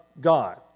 God